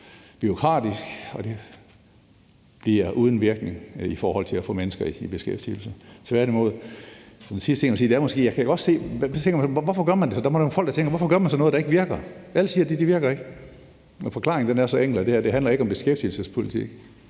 bureaukratisk, og det bliver uden virkning i forhold til at få mennesker i beskæftigelse. Den sidste ting, jeg vil sige, er, at man tænker, hvorfor man gør det. Der må da være folk, der tænker, hvorfor man gør sådan noget, der ikke virker. Alle siger, at det ikke virker. Forklaringen er så enkel, at det her ikke handler om beskæftigelsespolitik,